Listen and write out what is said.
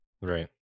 Right